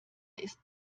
ist